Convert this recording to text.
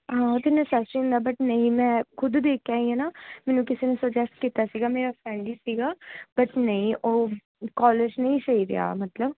ਹਾਂ ਉਹ ਤਾਂ ਨਸੇਸਰੀ ਹੁੰਦਾ ਬਟ ਨਹੀਂ ਮੈਂ ਖੁਦ ਦੇਖ ਕੇ ਆਈ ਹਾਂ ਨਾ ਮੈਨੂੰ ਕਿਸੇ ਨੇ ਸੁਜੈਸਟ ਕੀਤਾ ਸੀਗਾ ਮੇਰਾ ਫਰੈਂਡ ਹੀ ਸੀਗਾ ਬਟ ਨਹੀਂ ਉਹ ਕੋਲੇਜ ਨਹੀਂ ਸਹੀ ਰਿਹਾ ਮਤਲਬ